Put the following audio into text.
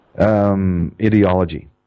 ideology